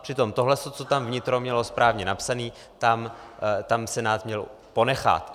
Přitom tohle, co tam vnitro mělo správně napsané, tam Senát měl ponechat.